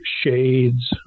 shades